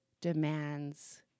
demands